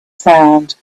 sound